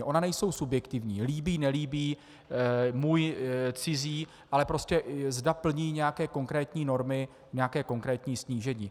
Ona nejsou subjektivní líbínelíbí, můjcizí, ale prostě zda plní nějaké konkrétní normy, nějaké konkrétní snížení.